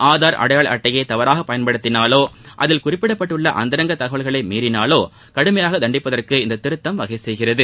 ஆதார் அடையாள அட்டையை தவறாக பயன்படுத்தினாலோ அதில் குறிப்பிடப்பட்டுள்ள அந்தரங்க தகவல்களை மீறினாலோ கடுமையாக தண்டிப்பதற்கு இந்த திருத்தம் வகை செய்கிறது